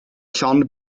llond